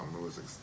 music